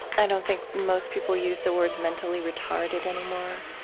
don't think most people use the words mentally retarded anymore.